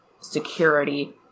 security